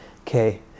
okay